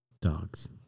Dogs